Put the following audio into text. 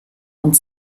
und